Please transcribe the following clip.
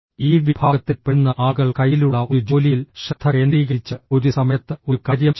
ഈ വിഭാഗത്തിൽ പെടുന്ന ആളുകൾ കയ്യിലുള്ള ഒരു ജോലിയിൽ ശ്രദ്ധ കേന്ദ്രീകരിച്ച് ഒരു സമയത്ത് ഒരു കാര്യം ചെയ്യുന്നു